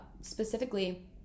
specifically